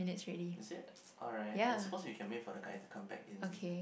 is it alright I suppose we can wait for the guy to come back in